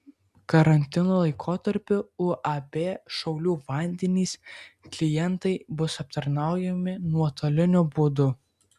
karantino laikotarpiu uab šiaulių vandenys klientai bus aptarnaujami nuotoliniu būdu